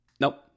Nope